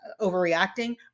overreacting